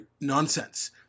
nonsense